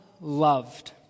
loved